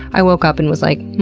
i woke up and was like,